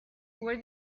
were